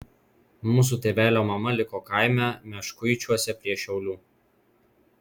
mūsų tėvelio mama liko kaime meškuičiuose prie šiaulių